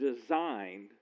designed